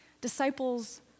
Disciples